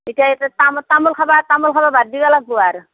এতিয়া তা তামোল খাব তামোল খাব বাদ দিব লাগিব আৰু